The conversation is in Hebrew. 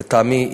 לטעמי,